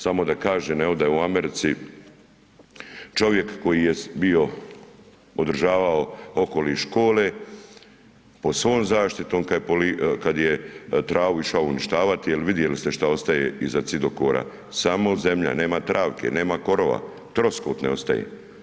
Samo da kažem da je u Americi čovjek koji je održavao okoliš škole pod svom zaštitom kada je travu išao uništavati jel vidjeli ste šta ostaje iza cidokora, samo zemlja, nema travke, nema korova, troskot ne ostaje.